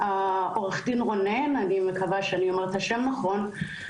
עורך דין רונן, אני מקווה שאני אומרת נכון את השם,